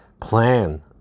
plan